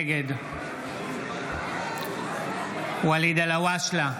נגד ואליד אלהואשלה,